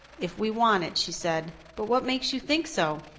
if we want it, she said, but what makes you think so?